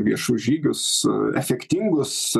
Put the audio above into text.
viešus žygius efektingus